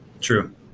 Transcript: True